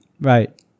right